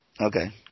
Okay